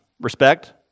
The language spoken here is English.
respect